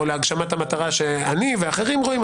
או להגשמת המטרה שאני ואחרים רואים,